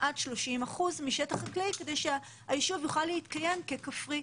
עד 30% משטח חקלאי כדי שהיישוב יוכל להתקיים ככפרי.